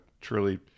truly